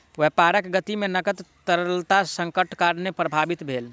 व्यापारक गति में नकद तरलता संकटक कारणेँ प्रभावित भेल